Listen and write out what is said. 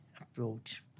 approach